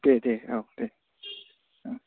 दे दे औ दे